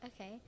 Okay